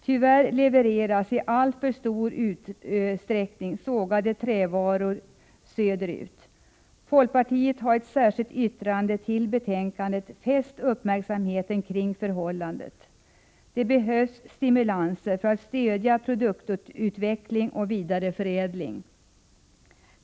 Tyvärr levereras i alltför stor utsträckning sågade trävaror söderut. Folkpartiet har i ett särskilt yttrande till betänkandet fäst uppmärksamheten på förhållandet. Det behövs stimulanser för att stödja produktutveckling och vidareförädling.